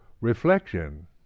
reflection